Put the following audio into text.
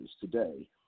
today